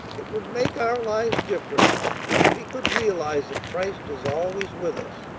it would make our lives different if we could realize that christ is always with us.